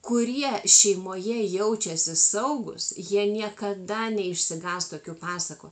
kurie šeimoje jaučiasi saugūs jie niekada neišsigąs tokių pasakų